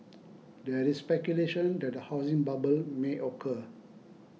there is speculation that a housing bubble may occur